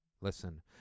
listen